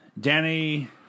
Danny